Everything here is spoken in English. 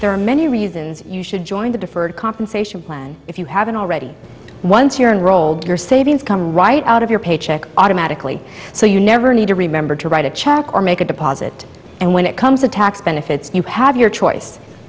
there are many reasons you should join the deferred compensation plan if you haven't already once you're in rolled your savings come right out of your paycheck automatically so you never need to remember to write a check or make a deposit and when it comes to tax benefits you have your choice